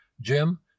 Jim